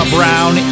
Brown